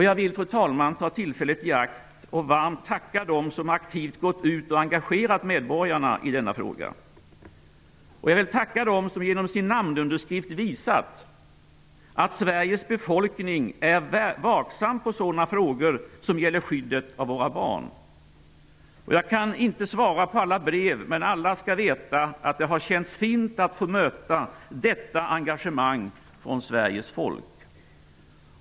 Jag vill, fru talman, ta tillfället i akt och varmt tacka dem som aktivt gått ut och engagerat medborgarna i denna fråga. Och jag vill tacka dem som genom sin underskrift visat att Sveriges befolkning är vaksam på sådana frågor som gäller skyddet av våra barn. Jag kan inte svara på alla brev, men alla skall veta att det har känts fint att få möta detta engagemang från Sveriges folk.